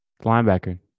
Linebacker